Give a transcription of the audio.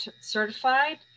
certified